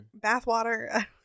Bathwater